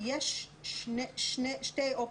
יש בעצם שתי אופציות,